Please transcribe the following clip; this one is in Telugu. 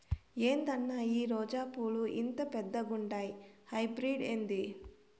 ఏందన్నా ఈ రోజా పూలు ఇంత పెద్దగుండాయి హైబ్రిడ్ ఏంది